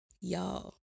y'all